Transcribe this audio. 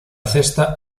cesta